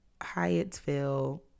Hyattsville